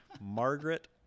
Margaret